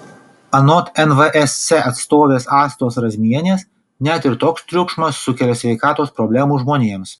anot nvsc atstovės astos razmienės net ir toks triukšmas sukelia sveikatos problemų žmonėms